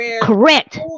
Correct